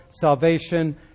salvation